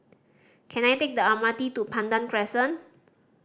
can I take the M R T to Pandan Crescent